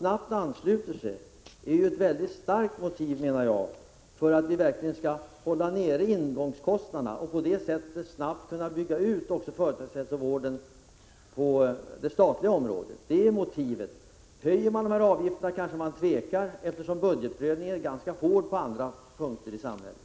Enligt min mening utgör det ett mycket starkt motiv när det gäller att verkligen hålla nere ingångskostnaderna. På det sättet kan man snabbt bygga ut företagshälsovården på det statliga området. Om avgifterna i detta sammanhang höjs, tvekar man kanske. Budgetprövningen är ju ganska hård i samhället i övrigt.